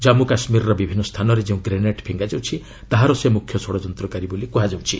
କାଞ୍ଗୁ କାଶ୍ମୀରର ବିଭିନ୍ନ ସ୍ଥାନରେ ଯେଉଁ ଗ୍ରେନେଡ୍ ଫିଙ୍ଗାଯାଉଛି ତାହାର ସେ ମୁଖ୍ୟ ଷଡ଼ଯନ୍ତ୍ରକାରୀ ବୋଲି କୁହାଯାଇଛି